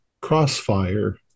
crossfire